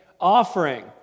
Offering